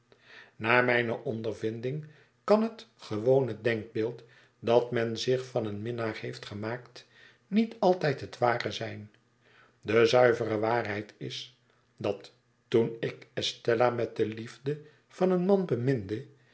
naar mijne ondervinding kan het gewone denkbeeld dat men zich van een minnaar heeft gemaakt niet altijd het ware zijn de zuivere waarheid is dat toen ik estella met de liefde van een man